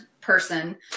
person